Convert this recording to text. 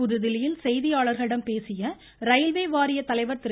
புதுதில்லியில் செய்தியாளர்களிடம் பேசிய ரயில்வே வாரிய தலைவர் திரு